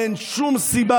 אין שום סיבה